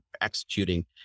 executing